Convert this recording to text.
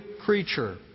creature